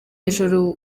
ijoro